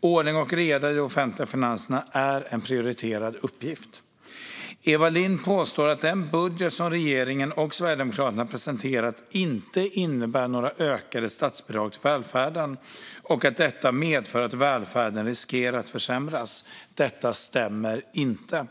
Ordning och reda i de offentliga finanserna är en prioriterad uppgift. Eva Lindh påstår att den budget som regeringen och Sverigedemokraterna presenterat inte innebär några ökade statsbidrag till välfärden och att detta medför att välfärden riskerar att försämras. Detta stämmer inte.